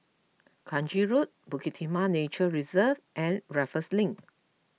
Kranji Road Bukit Timah Nature Reserve and Raffles Link